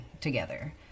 together